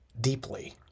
deeply